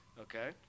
Okay